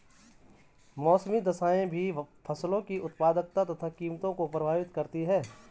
मौसमी दशाएं भी फसलों की उत्पादकता तथा कीमतों को प्रभावित करती है